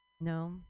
No